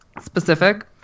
specific